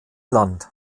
land